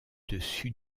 dessus